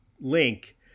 link